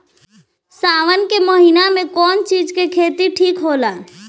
सावन के महिना मे कौन चिज के खेती ठिक होला?